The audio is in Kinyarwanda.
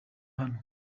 hano